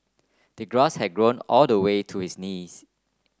the grass had grown all the way to his knees